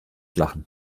lachen